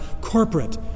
corporate